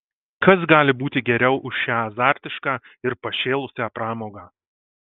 kas gali būti geriau už šią azartišką ir pašėlusią pramogą